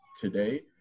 today